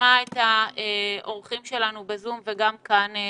נשמע את האורחים שלנו בזום ובכנסת,